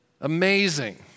Amazing